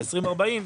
וב-20 עד 40,